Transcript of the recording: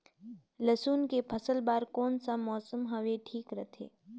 लसुन के फसल बार कोन सा मौसम हवे ठीक रथे?